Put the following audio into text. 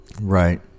right